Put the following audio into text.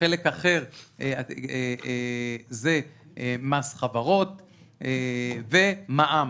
חלק אחר זה מס חברות ומע"מ.